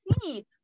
see